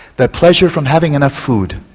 the pleasure from having enough food